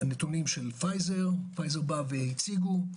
הנתונים של פייזר הם באו והציגו,